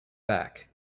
back